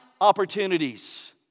opportunities